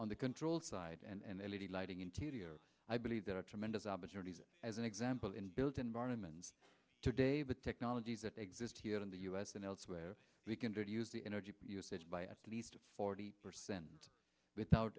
the control side and the lady lighting interior i believe there are tremendous opportunities as an example in built environments today the technologies that exist here in the u s and elsewhere we can do use the energy usage by at least forty percent without